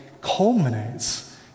Culminates